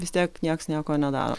vis tiek nieks nieko neda